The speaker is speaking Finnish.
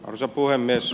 arvoisa puhemies